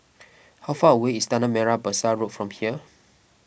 how far away is Tanah Merah Besar Road from here